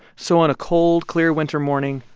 so on a cold, clear winter morning,